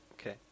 Okay